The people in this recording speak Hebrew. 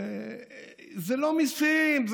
זה לא מיסים,